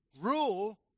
rule